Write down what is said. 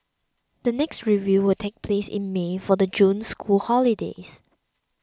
the next review will take place in May for the June school holidays